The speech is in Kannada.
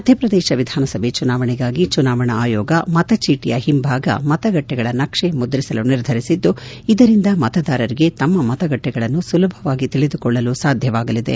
ಮಧ್ಯಪ್ರದೇಶ ವಿಧಾನಸಭೆ ಚುನಾವಣೆಗಾಗಿ ಚುನಾವಣಾ ಆಯೋಗ ಮತಚೀಟಿಯ ಹಿಂಭಾಗ ಮತಗಟ್ಟೆಗಳ ನಕ್ಷೆಯನ್ನು ಮುದ್ರಿಸಲು ನಿರ್ಧರಿಸಿದ್ದು ಇದರಿಂದ ಮತದಾರರಿಗೆ ತಮ್ಮ ಮತಗಟ್ಟೆಗಳನ್ನು ಸುಲಭವಾಗಿ ತಿಳಿದುಕೊಳ್ಳಲು ಸಾಧ್ಲವಾಗಲಿದೆ